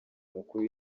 mukuru